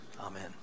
amen